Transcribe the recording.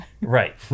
Right